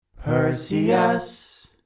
Perseus